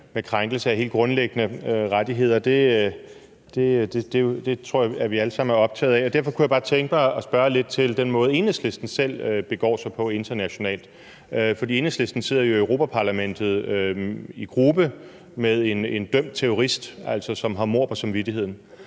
med krænkelser af helt grundlæggende rettigheder. Det tror jeg vi alle sammen er optaget af, og derfor kunne jeg bare tænke mig at spørge lidt til den måde Enhedslisten selv begår sig på internationalt. For Enhedslisten sidder jo i Europa-Parlamentet i gruppe med en dømt terrorist, altså som har mord på samvittigheden,